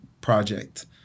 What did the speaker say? project